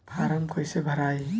Form कईसे भराई?